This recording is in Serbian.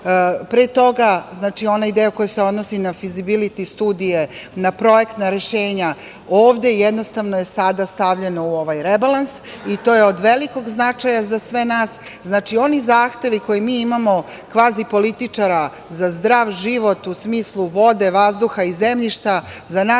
pre toga onaj deo koji se odnosi na fizibiliti studije, na projektna rešenja, ovde jednostavno sada je stavljeno u ovaj rebalans i to je od velikog značaja za sve nas. Oni zahtevi koje mi imamo kvazipolitičara za zdrav život u smislu vode, vazduha i zemljišta za nas je